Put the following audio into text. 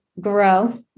grow